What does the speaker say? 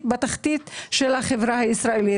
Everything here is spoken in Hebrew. בתחתית של החברה הישראלית.